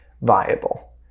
viable